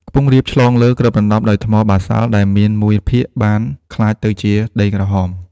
ខ្ពង់រាបឆ្លងលើ គ្របដណ្តប់ដោយថ្មបាសាល់ ដែលមានមួយភាគបាន ក្លាយទៅជាដីក្រហម ។